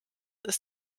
ist